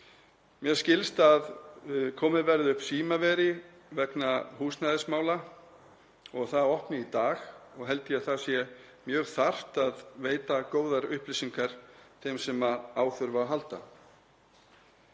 Mér skilst að komið verði upp símaveri vegna húsnæðismála og að það verði opnað í dag og held ég að það sé mjög þarft að veita góðar upplýsingar þeim sem á þurfa að halda.